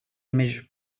image